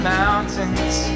mountains